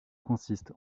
consiste